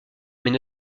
mais